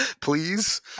Please